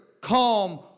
calm